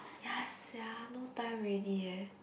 ya sia no time already eh